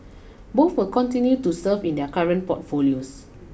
both will continue to serve in their current portfolios